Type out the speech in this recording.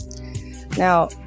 Now